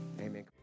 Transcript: Amen